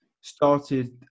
started